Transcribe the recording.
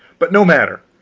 but no matter,